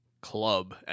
club